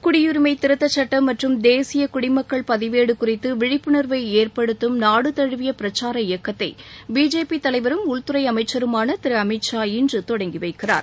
குடியரிமை திருத்தச்சுட்டம் மற்றும் தேசிய குடிமக்கள் பதிவேடு குறித்து விழிப்புணர்வை ஏற்படுத்தும் நாடு தழுவிய பிரச்சார இயக்கத்தை பிஜேபி தலைவரும் உள்துறை அமைச்சருமான திரு அமித் ஷா இன்று தொடங்கி வைக்கிறார்